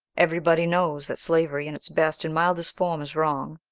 everybody knows that slavery in its best and mildest form is wrong.